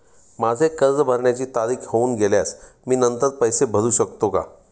माझे कर्ज भरण्याची तारीख होऊन गेल्यास मी नंतर पैसे भरू शकतो का?